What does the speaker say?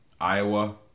Iowa